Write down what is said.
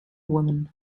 women